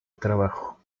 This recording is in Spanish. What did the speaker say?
trabajo